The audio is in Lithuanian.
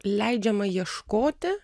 leidžiama ieškoti